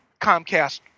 Comcast